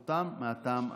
ההצטרפות מהטעם הזה.